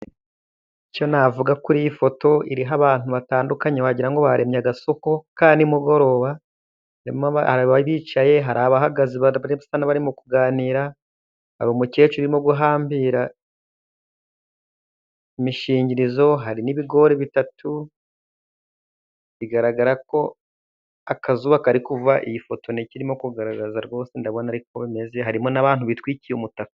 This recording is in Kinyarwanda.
Icyo navuga kuri iyi foto iriho abantu batandukanye wagira ngo baremye agasoko ka ni mugoroba, hari abicaye, hari abahagaze basa n'abarimo kuganira, hari umukecuru urimo guhambira imishingirizo, hari n'ibigori bitatu. Bigaragara ko akazuba kari kuva, iyi foto nicyo irimo kugaragaza rwose, ndabona ariko ko bimeze, harimo n'abantu bitwikiriye umutaka.